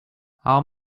how